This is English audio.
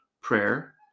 prayer